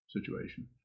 situation